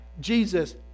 Jesus